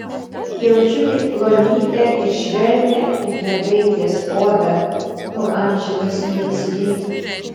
jaučiu tik plonytę ir švelnią it mergaitės odą tu amžinas niurgzly